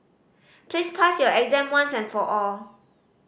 please pass your exam once and for all